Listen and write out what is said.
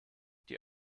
die